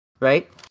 Right